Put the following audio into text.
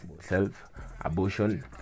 self-abortion